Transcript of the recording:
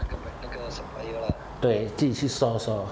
对自己去 source lor